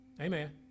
amen